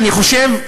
ואני חושב,